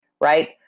right